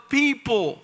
people